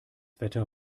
wetter